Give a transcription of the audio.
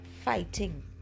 fighting